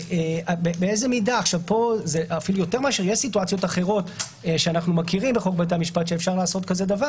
יש סיטואציות אחרות שאנחנו מכירים בחוק בתי המשפט שאפשר לעשות דבר כזה,